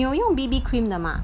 你有用 B_B cream 的吗